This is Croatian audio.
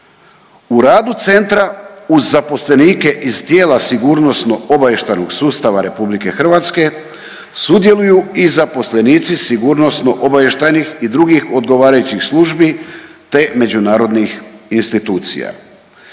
U radu centra uz zaposlenike iz tijela sigurnosno-obavještajnog sustava Republike Hrvatske sudjeluju i zaposlenici sigurnosno-obavještajnih i drugih odgovarajućih službi, te međunarodnih institucija.